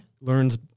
learns